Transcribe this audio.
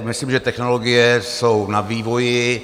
Myslím, že technologie jsou na vývoji.